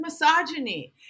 misogyny